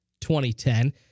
2010